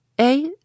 A